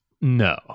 No